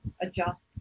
adjust